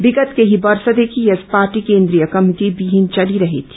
विगत केही वर्षदेखि यस पार्दो केन्द्रीय कमिटिविहिन चलिरहेको थियो